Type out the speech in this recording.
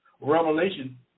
Revelation